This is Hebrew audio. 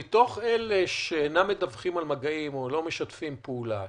מתוך אלה שלא מדווחים על מגעים או לא משתפים פעולה,